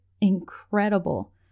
incredible